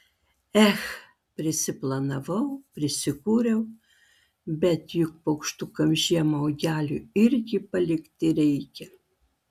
ech prisiplanavau prisikūriau bet juk paukštukams žiemą uogelių irgi palikti reikia